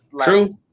true